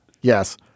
Yes